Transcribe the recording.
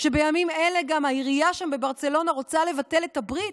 שבימים אלה גם העירייה שם בברצלונה רוצה לבטל את הברית,